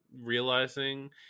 realizing